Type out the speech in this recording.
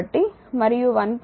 కాబట్టి మరియు 1